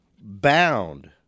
Bound